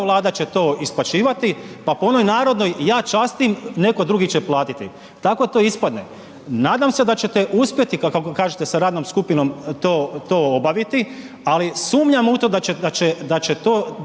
Vlada će isplaćivati pa po onoj narodnoj „Ja častim, neko drugi će platiti“, tako to ispadne. Nadam se da ćete uspjeti kako kažete sa radnom skupinom to obaviti ali sumnjam u to da će to